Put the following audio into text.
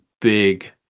big